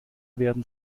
werden